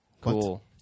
cool